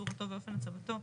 צורתו ואופן הצבתו,